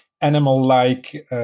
animal-like